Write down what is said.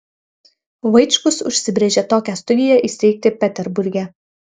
vaičkus užsibrėžė tokią studiją įsteigti peterburge